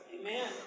Amen